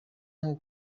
nko